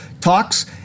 talks